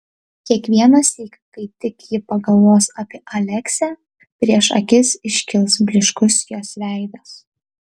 kiekvienąsyk kai tik ji pagalvos apie aleksę prieš akis iškils blyškus jos veidas